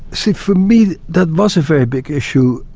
so for me that was a very big issue,